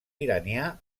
iranià